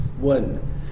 One